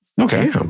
Okay